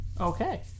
Okay